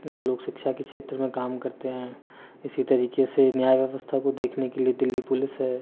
वो लोग शिक्षा के क्षेत्र में काम करते है इसी तरीके से न्याय व्यवस्था को देखने के लिये दिल्ली पुलिस है